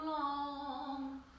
long